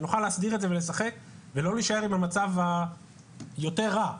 שנוכל להסדיר את זה ולשחק ולא להישאר עם המצב היותר רע,